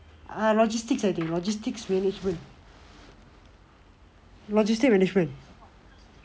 err logistics I think logistics management logistics management